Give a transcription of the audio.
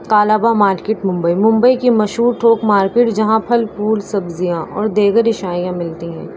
Colaba market Mumbai Mumbai کی مشہور تھوک مارکیٹ جہاں پھل پھول سبزیاں اور دیگر اشیاء ملتی ہیں